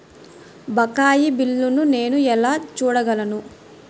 బకాయి బిల్లును నేను ఎలా చూడగలను?